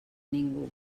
ningú